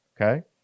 Okay